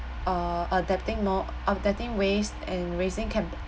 uh adapting more adapting ways and raising campai~